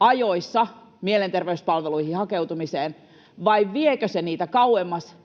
ajoissa mielenterveyspalveluihin hakeutumiseen, vai viekö se niitä kauemmas